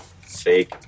fake